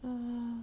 ah